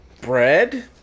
bread